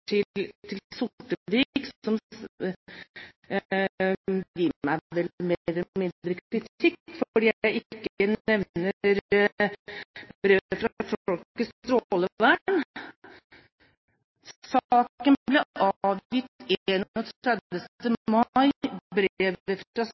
til Sortevik, som vel gir meg mer eller mindre kritikk fordi jeg ikke nevner brevet fra Folkets Strålevern. Innstillingen ble avgitt